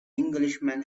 englishman